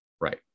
right